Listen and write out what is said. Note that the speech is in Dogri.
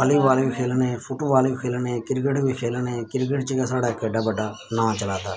बाली बॉल बी खेलने फुट बाल बी खेलने क्रिकेट बी खेलने क्रिकेट च गै साढ़ा इक एड्डा बड्डा नांऽ चला दा